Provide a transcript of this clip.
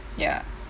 ya